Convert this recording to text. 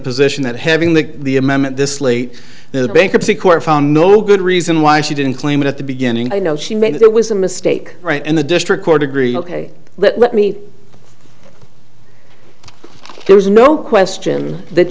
position that having the the amendment this late in the bankruptcy court found no good reason why she didn't claim it at the beginning i know she made it was a mistake right and the district court agreed ok let me there's no question that